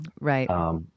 Right